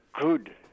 good